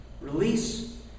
release